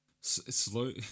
Slow